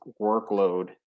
workload